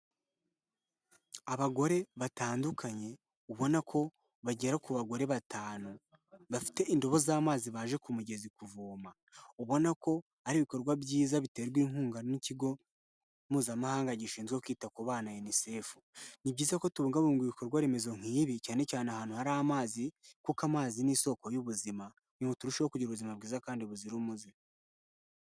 Abagore batandukanye ubona ko bagera ku bagore batanu bafite indobo z'amazi baje ku mugezi kuvoma ubona ko ari ibikorwa byiza biterwa inkunga n'ikigo mpuzamahanga gishinzwe kwita ku bana unicefu .Ni byiza ko tubungabunga ibikorwa remezo nk'ibi cyane cyane ahantu hari amazi kuko amazi ni isoko y'ubuzimamu kugira ngo turusheho kugira ubuzima bwiza kandi buzira umuze.